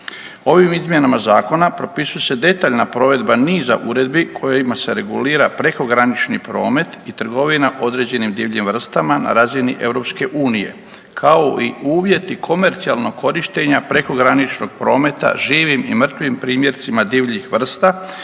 Ovim izmjenama zakona propisuje se detaljna provedba niza uredbi kojima se regulira prekogranični promet i trgovina određenim divljim vrstama na razini EU, kao i uvjeti komercijalnog korištenja prekograničnog prometa živim i mrtvim primjercima divljih vrsta